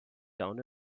down